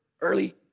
early